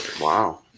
Wow